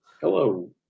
Hello